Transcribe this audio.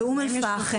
באום אל פחם,